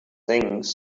things